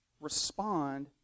respond